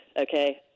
okay